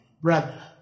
Brother